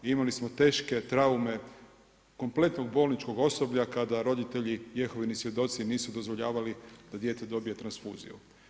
I imali smo teške traume kompletnog bolničkog osoblja kada roditelji Jehovini svjedoci nisu dozvolili da dijete dobije transfuziju.